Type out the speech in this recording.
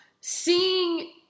seeing